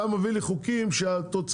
אתה מביא לי חוקים שהתוצאה,